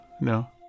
no